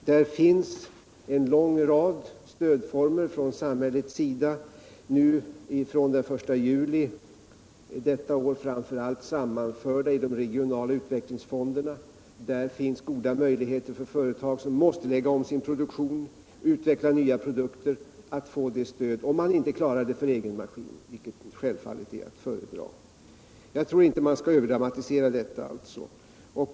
Där finns en lång rad former för stöd från samhällets sida, från den 1 juli detta år sammanförda i de regionala utvecklingsfonderna. Där finns goda möjligheter för företag som måste lägga om sin produktion eller utveckla nya produkter att få stöd, om man inte klarar det för egen maskin, vilket självfallet är att föredra. Jag tror inte man skall överdramatisera det här problemet.